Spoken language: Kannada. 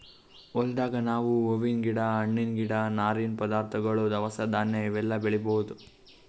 ಹೊಲ್ದಾಗ್ ನಾವ್ ಹೂವಿನ್ ಗಿಡ ಹಣ್ಣಿನ್ ಗಿಡ ನಾರಿನ್ ಪದಾರ್ಥಗೊಳ್ ದವಸ ಧಾನ್ಯ ಇವೆಲ್ಲಾ ಬೆಳಿಬಹುದ್